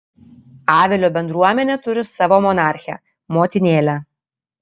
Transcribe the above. avilio bendruomenė turi savo monarchę motinėlę